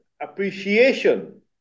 appreciation